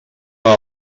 una